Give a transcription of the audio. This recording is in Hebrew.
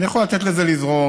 אני יכול לתת לזה לזרום,